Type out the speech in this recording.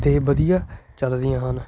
ਅਤੇ ਵਧੀਆ ਚੱਲਦੀਆਂ ਹਨ